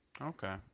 Okay